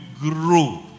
grow